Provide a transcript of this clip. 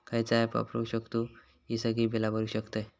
खयचा ऍप वापरू शकतू ही सगळी बीला भरु शकतय?